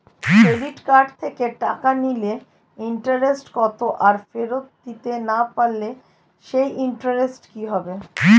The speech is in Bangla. ক্রেডিট কার্ড থেকে টাকা নিলে ইন্টারেস্ট কত আর ফেরত দিতে না পারলে সেই ইন্টারেস্ট কি হবে?